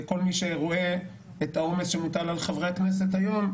אני חושב שכל מי שרואה את העומס שמוטל על חברי הכנסת היום,